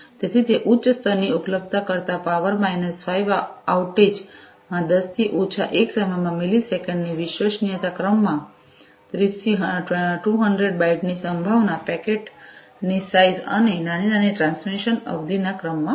તેથી તે ઉચ્ચ સ્તરની ઉપલબ્ધતા કરતાં પાવર માઈનસ 5 આઉટેજ માં 10 થી ઓછા સમયમાં 1 મિલિસેકન્ડ ની વિશ્વસનીયતાના ક્રમમાં ત્રીસથી 200 બાઈટ ની સંભાવના પેકેટ ની સાઇઝ અને નાની નાની ટ્રાન્સમિશન અવધિના ક્રમમાં છે